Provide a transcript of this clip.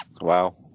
wow